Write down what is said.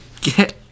get